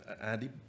Andy